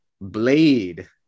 blade